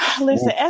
listen